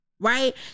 right